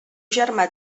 germà